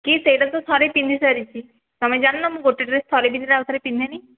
କି ସେଟା ତ ଥରେ ପିନ୍ଧି ସାରିଛି ତୁମେ ଜାଣିନ ମୁଁ ଗୋଟେ ଡ୍ରେସ୍ ଥରେ ପିନ୍ଧିଲେ ଆଉ ଥରେ ପିନ୍ଧେନି